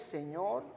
Señor